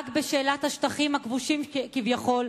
רק בשאלת השטחים הכבושים כביכול,